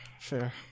fair